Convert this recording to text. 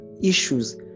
issues